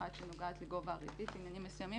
שנוגעת לגובה הריבית עניינים מסוימים